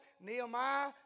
Nehemiah